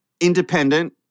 Independent